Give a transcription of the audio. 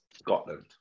Scotland